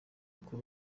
uko